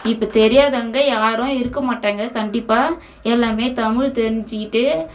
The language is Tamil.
இப்போ தெரியாதவங்க யாரும் இருக்க மாட்டாங்க கண்டிப்பாக எல்லாமே தமிழ் தெரிஞ்சிக்கிட்டு